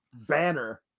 banner